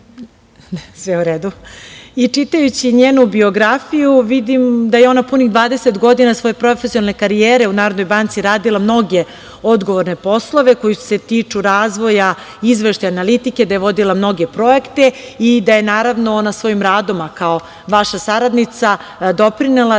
i čitajući njenu biografiju vidim da je ona punih 20 godina svoje profesionalne karijere u Narodnoj banci radila mnoge odgovorne poslove koji se tiču razvoja, izveštaja, analitike, da je vodila mnoge projekte i da je, naravno, ona svojim radom, a kao vaša saradnica, doprinela